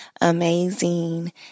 amazing